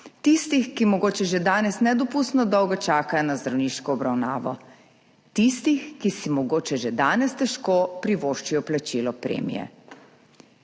tistih, ki mogoče že danes nedopustno dolgo čakajo na zdravniško obravnavo, tistih, ki si mogoče že danes težko privoščijo plačilo premije,